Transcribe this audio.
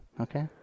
Okay